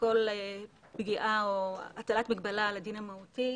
כל פגיעה או הטלת מגבלה על הדין המהותי,